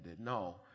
No